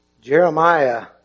Jeremiah